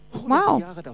Wow